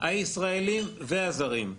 הישראליים והזרים.